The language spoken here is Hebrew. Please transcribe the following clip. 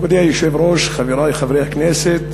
מכובדי היושב-ראש, חברי חברי הכנסת,